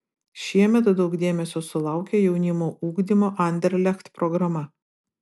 šiemet daug dėmesio sulaukė jaunimo ugdymo anderlecht programa